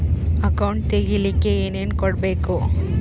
Account ತೆಗಿಲಿಕ್ಕೆ ಏನೇನು ಕೊಡಬೇಕು?